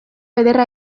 ederra